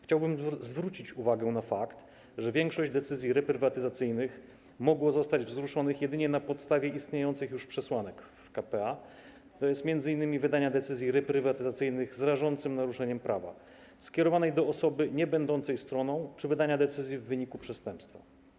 Chciałbym zwrócić uwagę na fakt, że większość decyzji reprywatyzacyjnych mogło zostać wzruszonych jedynie na podstawie istniejących już przesłanek k.p.a., tj. m.in. wydania decyzji reprywatyzacyjnych z rażącym naruszeniem prawa skierowanych do osoby niebędącej stroną czy wydania decyzji w wyniku przestępstwa.